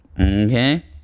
Okay